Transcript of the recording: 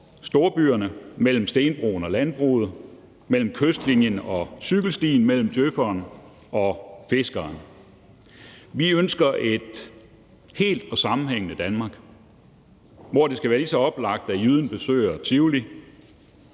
storbyer, mellem stenbroen og landbruget, mellem kystlinjen og cykelstien, mellem djøf'eren og fiskeren. Vi ønsker et helt og sammenhængende Danmark, hvor det skal være lige så oplagt, at jyden besøger Tivoli